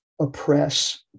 oppress